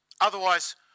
Otherwise